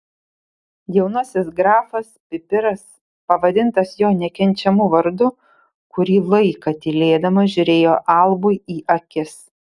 jaunasis grafas pipiras pavadintas jo nekenčiamu vardu kurį laiką tylėdamas žiūrėjo albui į akis